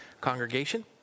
congregation